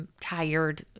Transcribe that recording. tired